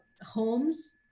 homes